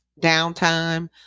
downtime